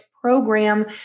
program